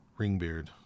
Ringbeard